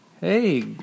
hey